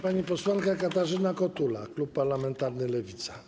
Pani posłanka Katarzyna Kotula, klub parlamentarny Lewica.